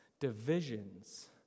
Divisions